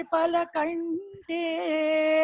Palakande